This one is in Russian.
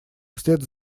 вслед